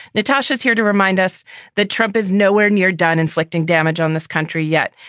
natasha is here to remind us that trump is nowhere near done inflicting damage on this country yet.